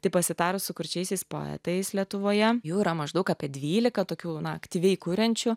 tai pasitarus su kurčiaisiais poetais lietuvoje jų yra maždaug apie dvylika tokių na aktyviai kuriančių